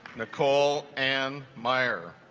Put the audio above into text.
nicole and meyer